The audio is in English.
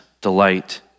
delight